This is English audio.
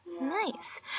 Nice